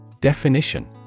Definition